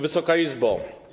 Wysoka Izbo!